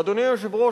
אדוני היושב-ראש,